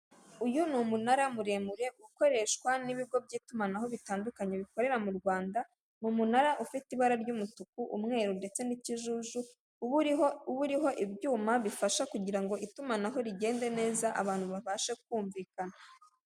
Uyu ni umunara muremure ukoreshwa n'ibigo by'itumanaho bitandukanye bikorera mu Rwanda, uwo munara ufite ibara ry'umutuku umweru, ndetse n'ikijuju, uba uriho uriho ibyuma bifasha kugira ngo itumanaho rigende neza abantu babashe kumvikana.